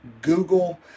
google